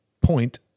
point